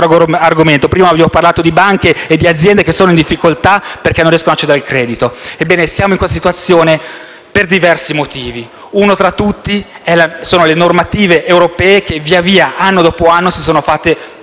Prima vi ho parlato di banche e di aziende che sono in difficoltà perché non riescono ad accedere al credito. Ebbene, siamo in questa situazione per diversi motivi, uno fra tutti sono le normative europee che via via, anno dopo anno, si sono fatte più